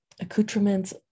accoutrements